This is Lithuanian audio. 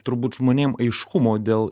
turbūt žmonėm aiškumo dėl